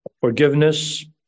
forgiveness